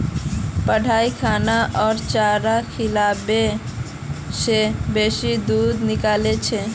बढ़िया खाना आर चारा खिलाबा से बेसी दूध निकलछेक